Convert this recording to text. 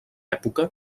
època